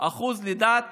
אחוז לידת